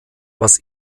was